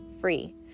free